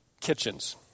kitchens